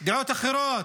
דעות אחרות.